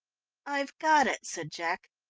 i've got it, said jack.